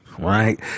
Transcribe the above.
right